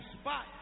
spot